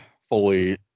fully